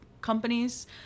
companies